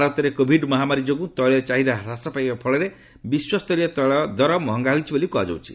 ଭାରତରେ କୋଭିଡ୍ ମହାମାରୀ ଯୋଗୁଁ ତୈଳ ଚାହିଦା ହ୍ରାସ ପାଇବା ଫଳରେ ବିଶ୍ୱ ସ୍ତରୀୟ ତୈଳ ଦର ମହଙ୍ଗା ହୋଇଛି ବୋଲି କୁହାଯାଉଛି